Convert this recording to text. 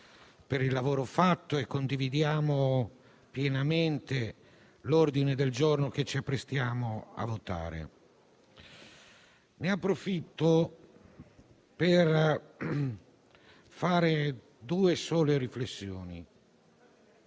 per il lavoro fatto. Noi condividiamo pienamente l'ordine del giorno G1 che ci apprestiamo a votare; ne approfitto per fare solo due riflessioni.